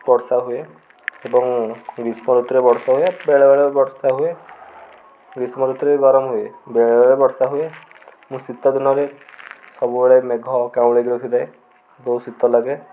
ବର୍ଷା ହୁଏ ଏବଂ ଗ୍ରୀଷ୍ମ ଋତୁରେ ବର୍ଷା ହୁଏ ବେଳେ ବେଳେ ବର୍ଷା ହୁଏ ଗ୍ରୀଷ୍ମ ଋତୁରେ ବି ଗରମ ହୁଏ ବେଳେବେଳେ ବର୍ଷା ହୁଏ ମୁଁ ଶୀତ ଦିନରେ ସବୁବେଳେ ମେଘ କାଉଁଳିକି ରଖିଥାଏ ବହୁତ ଶୀତ ଲାଗେ